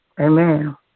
Amen